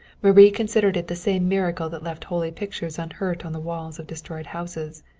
marie considered it the same miracle that left holy pictures unhurt on the walls of destroyed houses,